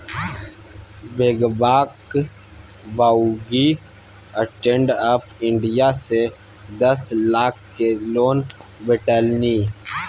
बेंगबाक माउगीक stand up India सँ दस लाखक लोन भेटलनि